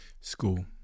School